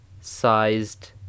sized